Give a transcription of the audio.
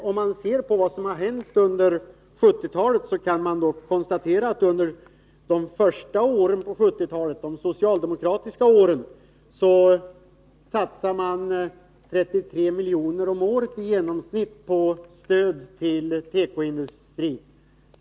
Om man ser på vad som har hänt under 1970-talet, kan man konstatera att under de första åren av det årtiondet — de socialdemokratiska åren — satsades det i genomsnitt 33 miljoner om året på stöd till tekoindustrin.